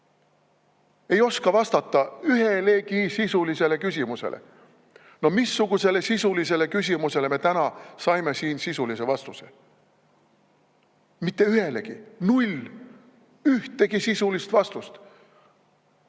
ei oska vastata ühelegi sisulisele küsimusele. No missugusele sisulisele küsimusele me täna saime siin sisulise vastuse? Mitte ühelegi. Null! Mitte ühtegi sisulist vastust!